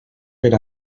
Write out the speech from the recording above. per